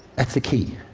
that's the key.